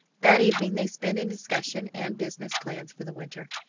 that evening they spent in discussion and business plans for the winter.